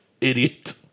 Idiot